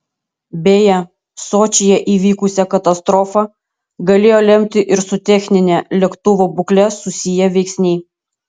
beje sočyje įvykusią katastrofą galėjo lemti ir su technine lėktuvo būkle susiję veiksniai